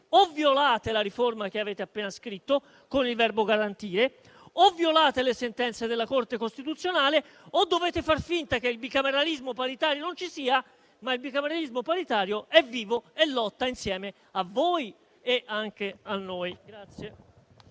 o violate la riforma che avete appena scritto con il verbo «garantire» o violate le sentenze della Corte costituzionale o dovete far finta che il bicameralismo paritario non ci sia. Ma il bicameralismo paritario è vivo e lotta insieme a voi e anche a noi.